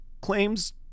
claims